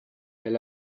elle